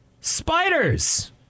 spiders